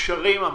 אפשרי ממש.